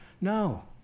No